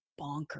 bonkers